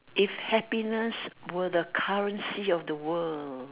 if happiness were the currency of the world